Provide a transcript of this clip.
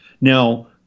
Now